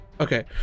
Okay